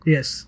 Yes